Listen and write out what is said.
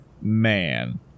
man